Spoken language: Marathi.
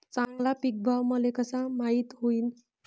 चांगला पीक भाव मले कसा माइत होईन?